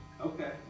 Okay